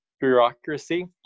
bureaucracy